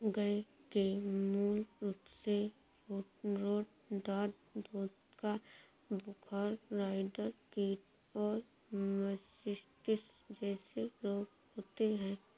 गय के मूल रूपसे फूटरोट, दाद, दूध का बुखार, राईडर कीट और मास्टिटिस जेसे रोग होते हें